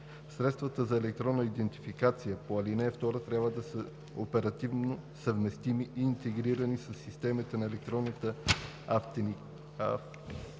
Средствата за електронна идентификация по ал. 2 трябва да са оперативно съвместими и интегрирани със системата за електронна автентикация,